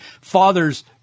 fathers